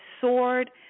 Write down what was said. sword